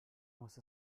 muss